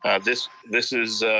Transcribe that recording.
ah this this is,